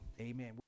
amen